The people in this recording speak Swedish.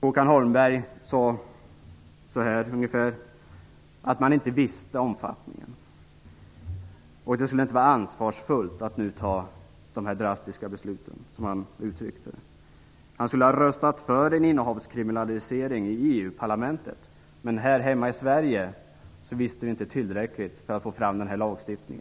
Håkan Holmberg sade att man inte kände till omfattningen och att det inte skulle vara ansvarsfullt att nu fatta dessa drastiska beslut, som han uttryckte det. Han skulle ha röstat för en innehavskriminalisering i EU-parlamentet, men här hemma i Sverige visste vi inte tillräckligt för att få fram denna lagstiftning.